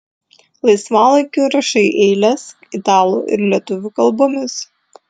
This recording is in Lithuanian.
laisvalaikiu rašai eiles italų ir lietuvių kalbomis